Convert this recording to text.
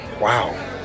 Wow